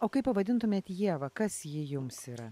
o kaip pavadintumėt ievą kas ji jums yra